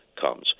comes